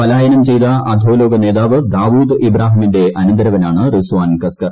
പലായനം ചെയ്ത അധോലോക നേതാവ് ദാവൂദ് ഇബ്രാഹിമിന്റെ അനന്തരവനാണ് റിസ്വാൻ കസ്ക്കർ